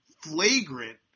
flagrant